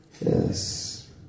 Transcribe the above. yes